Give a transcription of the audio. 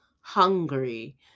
hungry